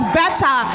better